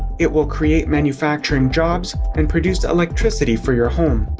it will create manufacturing jobs, and produce electricity for your home.